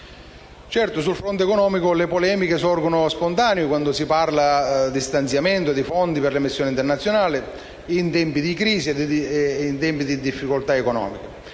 Sul fronte economico, le polemiche sorgono spontanee quando si parla dello stanziamento dei fondi per le missioni internazionali in tempi di crisi e di difficoltà economiche.